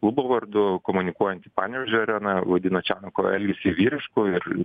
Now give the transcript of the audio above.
klubo vardu komunikuojant panevėžio arena vadina čianako elgesį vyrišku ir